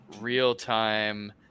real-time